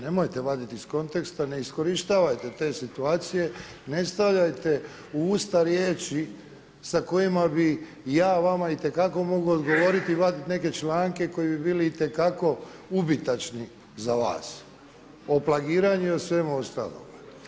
Nemojte vadit iz konteksta, ne iskorištavajte te situacije, ne stavljajte u usta riječi sa kojima bih ja vama itekako mogao odgovoriti i vadit neke članke koji bi bili itekako ubitačni za vas o plagiranju i o svemu ostalome.